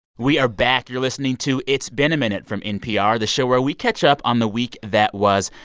we are back. you're listening to it's been a minute from npr, the show where we catch up on the week that was.